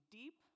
deep